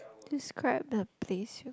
describe the place you